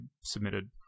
submitted